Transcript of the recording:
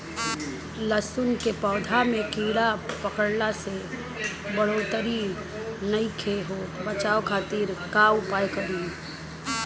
लहसुन के पौधा में कीड़ा पकड़ला से बढ़ोतरी नईखे होत बचाव खातिर का उपाय करी?